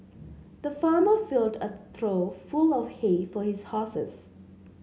the farmer filled a trough full of hay for his horses